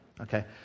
okay